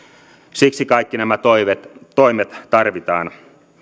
siksi kaikki nämä toimet toimet tarvitaan